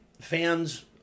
Fans